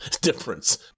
difference